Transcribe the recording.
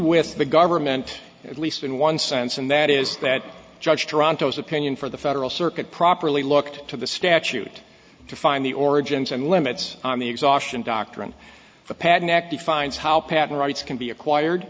with the government at least in one sense and that is that judge toronto's opinion for the federal circuit properly looked to the statute to find the origins and limits on the exhaustion doctrine the pad neck defines how patent rights can be acquired